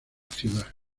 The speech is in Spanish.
ciudad